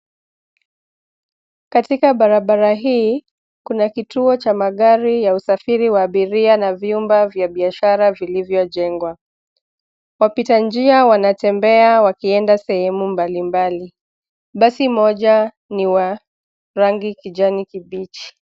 Katika barabara hii, kuna kituo cha magari ya usafiri wa abiria na vyumba vya biashara vilivyojengwa. Wapita njia wanatembea wakienda sehemu mbalimbali. Basi moja ni wa rangi kijani kibichi.